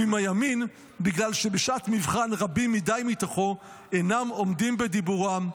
ועם הימין בגלל שבשעת מבחן רבים מדי מתוכו אינם עומדים בדיבורם,